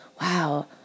wow